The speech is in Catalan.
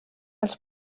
els